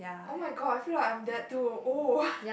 oh-my-god I feel like I'm that too oh